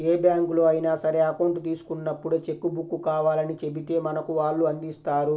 ఏ బ్యాంకులో అయినా సరే అకౌంట్ తీసుకున్నప్పుడే చెక్కు బుక్కు కావాలని చెబితే మనకు వాళ్ళు అందిస్తారు